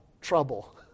trouble